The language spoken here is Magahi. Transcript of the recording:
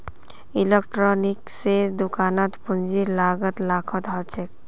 इलेक्ट्रॉनिक्सेर दुकानत पूंजीर लागत लाखत ह छेक